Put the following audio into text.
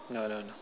no no no